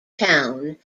town